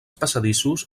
passadissos